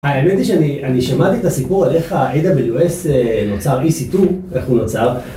האמת היא שאני שמעתי את הסיפור על איך ה-AWS נוצר... EC2, איך הוא נוצר.